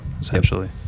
Essentially